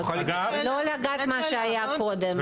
לא לגעת מה שהיה קודם.